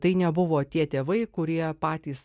tai nebuvo tie tėvai kurie patys